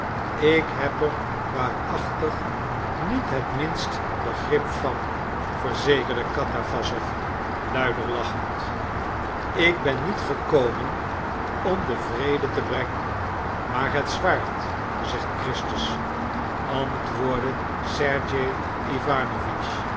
ik heb er waarachtig niet het minst begrip van verzekerde katawassow luider lachend ik ben niet gekomen om den vrede te brengen maar het zwaard zegt christus antwoordde